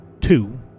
Two